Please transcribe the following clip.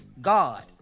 God